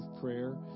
prayer